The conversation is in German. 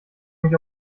mich